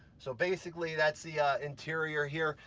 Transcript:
so basically that's the ah interior here.